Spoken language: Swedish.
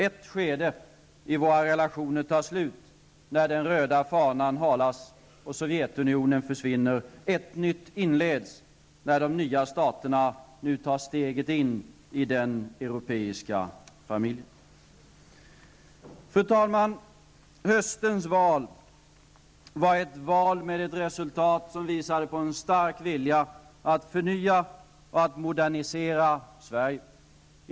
Ett skede i våra relationer tar slut när det röda fanan halas och Sovjetunionen försvinner. Ett nytt inleds när de nya staterna tar steget in i den europeiska familjen. Fru talman! Höstens val gav ett resultat som visade på en stark vilja att förnya och modernisera Sverige.